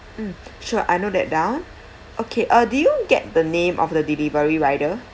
mm sure I note that down okay uh did you get the name of the delivery rider